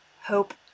hope